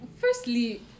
firstly